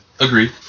Agreed